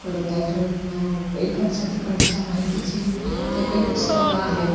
परत अजून इकडच्या तिकडच्या माहितीची जे काही पुस्तकं आहेत